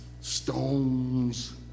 stones